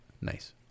Nice